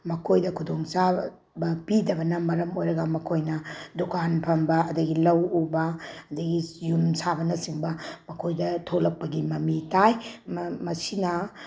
ꯃꯈꯣꯏꯗ ꯈꯨꯗꯣꯡ ꯆꯥꯕ ꯄꯤꯗꯕꯅ ꯃꯔꯝ ꯑꯣꯏꯔꯒ ꯃꯈꯣꯏꯅ ꯗꯨꯀꯥꯟ ꯐꯝꯕ ꯑꯗꯒꯤ ꯂꯧ ꯎꯕ ꯑꯗꯒꯤ ꯌꯨꯝ ꯁꯥꯕꯅ ꯆꯤꯡꯕ ꯃꯈꯣꯏꯗ ꯊꯣꯂꯛꯄꯒꯤ ꯃꯃꯤ ꯇꯥꯏ ꯃꯁꯤꯅ